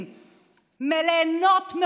גזענות.